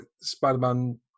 Spider-Man